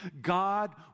God